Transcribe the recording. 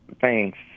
Thanks